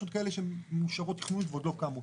יש עוד כאלה שמאושרות תכנונית ועוד לא קמו.